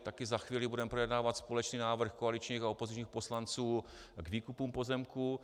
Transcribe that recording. Taky za chvíli budeme projednávat společný návrh koaličních a opozičních poslanců k výkupům pozemků.